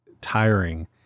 tiring